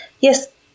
yes